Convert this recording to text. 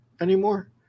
anymore